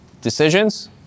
decisions